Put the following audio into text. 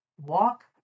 walk